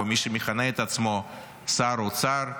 או מי שמכנה את עצמו שר האוצר,